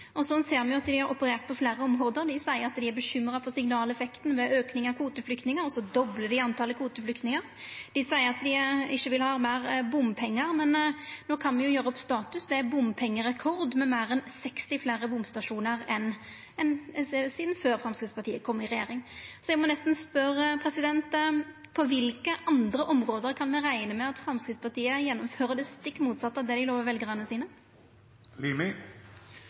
og så doblar dei talet på kvoteflyktningar. Dei seier at dei ikkje vil ha meir bompengar, men no kan me jo gjera opp status: Det er bompengerekord, med meir enn 60 fleire bomstasjonar no enn før Framstegspartiet kom i regjering. Så eg må nesten spørja: På kva for andre område kan me rekna med at Framstegspartiet gjennomfører det stikk motsette av det dei lovar veljarane sine?